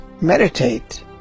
Meditate